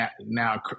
now